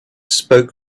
spoke